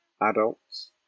adults